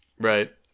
Right